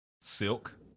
Silk